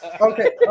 Okay